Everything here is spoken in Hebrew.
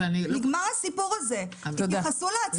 נגמר הסיפור הזה, תתייחסו לעצמאים בצורה נאותה.